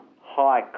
high